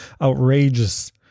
outrageous